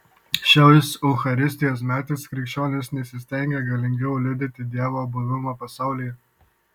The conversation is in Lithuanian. šiais eucharistijos metais krikščionys tesistengia galingiau liudyti dievo buvimą pasaulyje